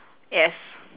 yes